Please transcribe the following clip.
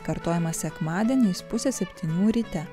kartojama sekmadieniais pusę septynių ryte